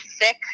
sick